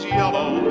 yellow